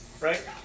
Right